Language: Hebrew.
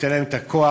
ייתן להם את הכוח,